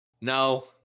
No